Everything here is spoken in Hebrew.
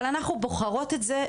אבל אנחנו בוחרות את זה,